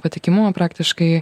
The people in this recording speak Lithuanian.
patikimumą praktiškai